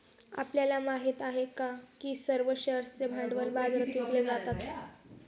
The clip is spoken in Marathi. आपल्याला माहित आहे का की सर्व शेअर्सचे भांडवल बाजारात विकले जातात?